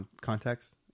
context